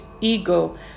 ego